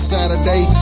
Saturday